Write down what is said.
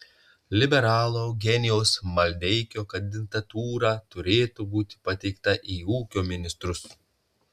liberalo eugenijaus maldeikio kandidatūra turėtų būti pateikta į ūkio ministrus